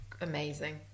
amazing